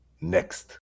Next